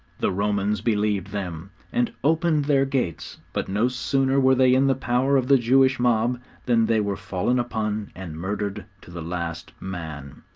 the romans believed them, and opened their gates but no sooner were they in the power of the jewish mob than they were fallen upon and murdered to the last man!